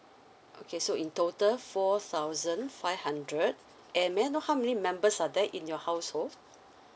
okay so in total four thousand five hundred and may I know how many members are there in your household